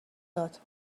داد